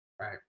Right